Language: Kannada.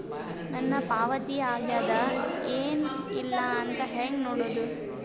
ನನ್ನ ಪಾವತಿ ಆಗ್ಯಾದ ಏನ್ ಇಲ್ಲ ಅಂತ ಹೆಂಗ ನೋಡುದು?